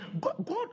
God